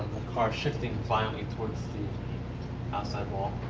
car shifting violently towards the outside wall.